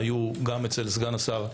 גם אצל סגן השר,